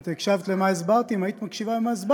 אם היית מקשיבה מה הסברתי,